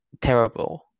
terrible